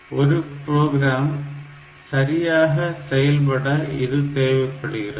ஒரு ப்ரோகிராம் சரியாக செயல்பட இது தேவைப்படுகிறது